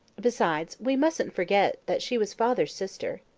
besides, we mustn't forget that she was father's sister.